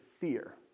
fear